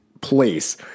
place